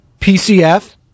PCF